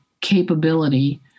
capability